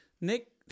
Nick